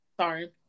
Sorry